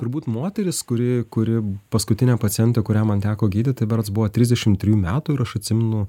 turbūt moteris kuri kuri paskutinė pacientė kurią man teko gydyt tai berods buvo trisdešimt trijų metų ir aš atsimenu